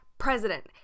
President